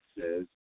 says